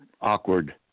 awkward